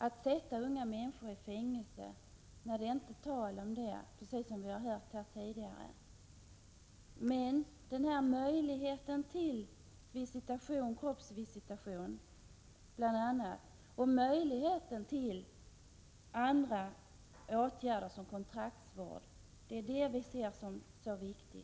Att sätta unga människor i fängelse är det inte tal om — det har vi hört här tidigare — men möjligheten bl.a. till kroppsvisitation och kontraktsvård ser vi som mycket viktig.